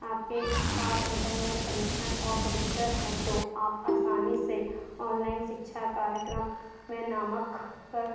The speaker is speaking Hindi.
आपके पास इन्टरनेट कनेक्शन और कम्प्यूटर है तो आप आसानी से ऑनलाइन शिक्षा कार्यक्रम में नामक कर